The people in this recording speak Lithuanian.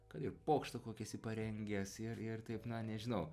kad ir pokštą kokį esi parengęs ir ir taip na nežinau